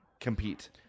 compete